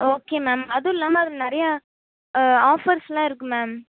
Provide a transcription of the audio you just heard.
okay ma'am அதுல்லாமல் அது நிறையா ஆஃபர்ஸ்லாம் இருக்குது மேம்